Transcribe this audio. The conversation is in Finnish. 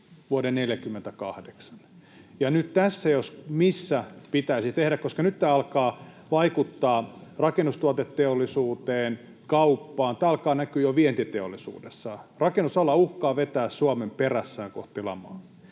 vuoden 48. Nyt tässä, jos missä, pitäisi tehdä toimenpiteitä, koska nyt tämä alkaa vaikuttaa rakennustuoteteollisuuteen, kauppaan, tämä alkaa näkymään jo vientiteollisuudessa. Rakennusala uhkaa vetää Suomen perässään kohti lamaa.